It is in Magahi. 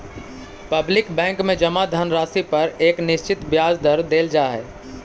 पब्लिक बैंक में जमा धनराशि पर एक निश्चित ब्याज दर देल जा हइ